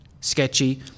sketchy